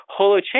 Holochain